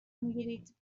میگیرید